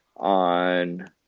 on